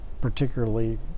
particularly